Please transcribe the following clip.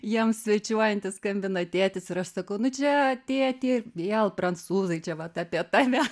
jiem svečiuojantis skambina tėtis ir aš sakau nu čia tėti vėl prancūzai čia vat apie tave